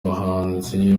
bahanzi